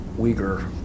Uyghur